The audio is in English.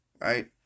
Right